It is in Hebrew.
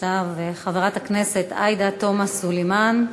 חברת הכנסת עאידה תומא סלימאן,